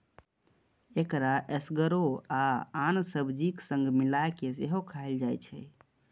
एकरा एसगरो आ आन सब्जीक संग मिलाय कें सेहो खाएल जाइ छै